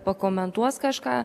pakomentuos kažką